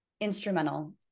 instrumental